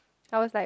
I was like